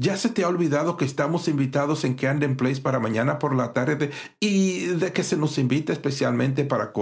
ya se te ha olvidado que estamos invitados en camden place para mañana por la tarde y de que se nos invita especialmente para